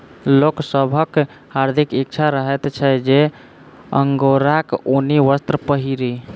लोक सभक हार्दिक इच्छा रहैत छै जे अंगोराक ऊनी वस्त्र पहिरी